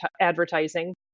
advertising